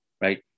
right